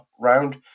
round